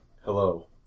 Hello